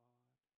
God